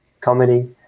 comedy –